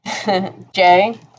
Jay